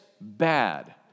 bad